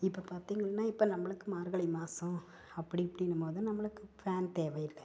இப்போ பார்த்தீங்கன்னா இப்போ நம்மளுக்கு மார்கழி மாதம் அப்படி இப்படிங்கம் போது நம்மளுக்கு ஃபேன் தேவையில்லை